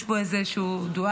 יש פה איזה דואליות,